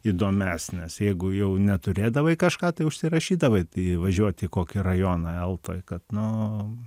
įdomesnės jeigu jau neturėdavai kažką tai užsirašydavai važiuot į kokį rajoną eltoj kad nu